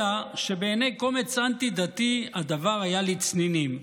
אלא שבעיני קומץ אנטי-דתי הדבר היה לצנינים,